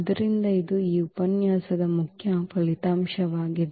ಆದ್ದರಿಂದ ಇದು ಈ ಉಪನ್ಯಾಸದ ಮುಖ್ಯ ಫಲಿತಾಂಶವಾಗಿದೆ